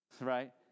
right